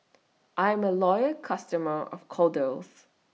I'm A Loyal customer of Kordel's